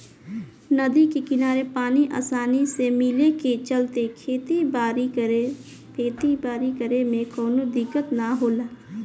नदी के किनारे पानी आसानी से मिले के चलते खेती बारी करे में कवनो दिक्कत ना होला